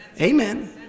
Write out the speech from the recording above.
Amen